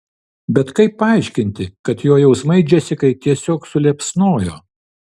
bet kaip paaiškinti kad jo jausmai džesikai tiesiog suliepsnojo